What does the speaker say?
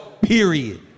period